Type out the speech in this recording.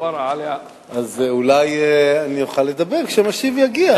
אז אולי אני אוכל לדבר כשהמשיב יגיע.